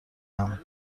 اند